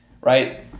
right